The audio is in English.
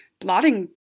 blotting